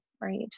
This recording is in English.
right